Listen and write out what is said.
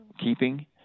keeping